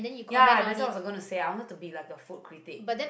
ya that's what I was gonna say I want to be like a food critique